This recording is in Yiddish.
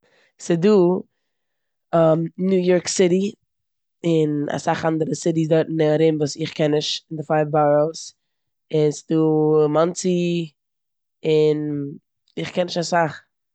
ס'דא ניו יארק סיטי און אסאך אנדערע סיטיס דארטן ארום וואס איך קען נישט אין די פייוו באראס און ס'איז דא מאנסי און איך קען נישט אסאך.